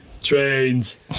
trains